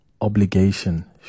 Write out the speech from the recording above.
obligation